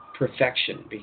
perfection